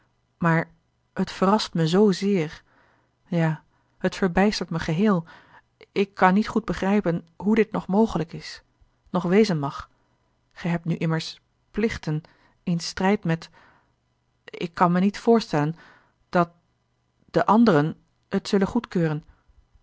maar het verrast me zoozeer ja het verbijstert mij geheel ik kan niet goed begrijpen hoe dit nog mogelijk is nog wezen mag gij hebt nu immers plichten in strijd met ik kan mij niet voorstellen dat de anderen het zullen goedkeuren